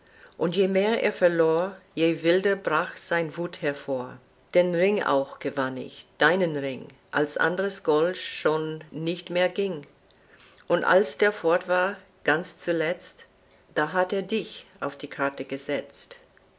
und je mehr er verlor je wilder brach seine wuth hervor den ring auch gewann ich deinen ring als andres gold schon nicht mehr ging und als der fort war ganz zuletzt da hat er dich auf die karte gesetzt